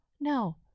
No